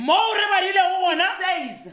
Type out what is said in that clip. Says